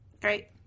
Great